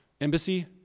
Embassy